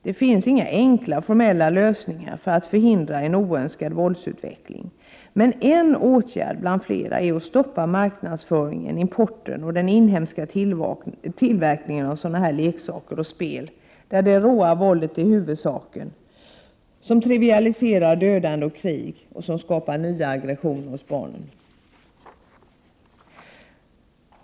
Det finns inga enkla, formella lösningar för att förhindra en oönskad våldsutveckling, men en åtgärd bland flera är att stoppa marknadsföringen, importen och den inhemska tillverkningen av sådana leksaker och spel där det råa våldet är huvudsaken, som trivialiserar dödande och krig och som skapar nya aggressioner hos barnen.